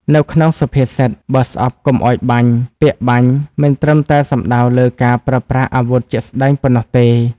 នៅក្នុងសុភាសិត "បើស្អប់កុំឲ្យបាញ់" ពាក្យ "បាញ់" មិនត្រឹមតែសំដៅលើការប្រើប្រាស់អាវុធជាក់ស្តែងប៉ុណ្ណោះទេ។